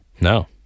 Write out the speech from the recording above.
no